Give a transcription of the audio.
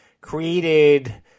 created